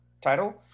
title